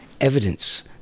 evidence